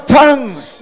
tongues